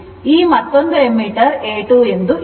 ಈ ಮತ್ತೊಂದು ammeter A2 ಇದೆ